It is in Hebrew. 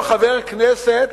כל חבר כנסת,